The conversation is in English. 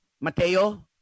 Mateo